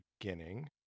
beginning